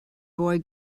boy